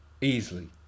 Easily